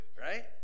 Right